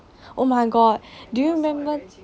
oh my god do you remember